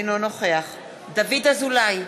אינו נוכח דוד אזולאי,